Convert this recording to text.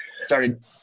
started